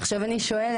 עכשיו אני שואלת,